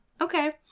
okay